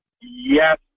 yes